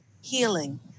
healing